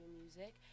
music